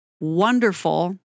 wonderful